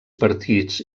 partits